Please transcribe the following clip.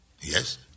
Yes